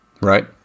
Right